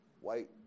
white